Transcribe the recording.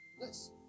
Yes